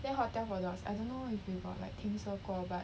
then hotel for dogs I don't know if you got like 听说过 but